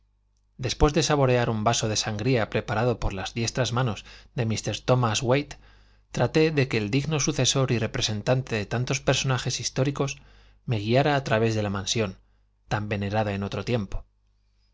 después de saborear un vaso de sangría preparado por las diestras manos de mr thomas waite traté de que el digno sucesor y representante de tantos personajes históricos me guiara a través de la mansión tan venerada en otro tiempo